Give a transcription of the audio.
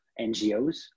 NGOs